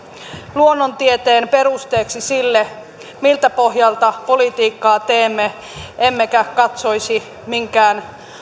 luonnontieteen perusteeksi sille miltä pohjalta politiikkaa teemme emmekä katsoisi minkään